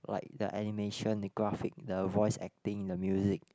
like the animation the graphic the voice acting the music